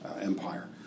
empire